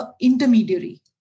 intermediary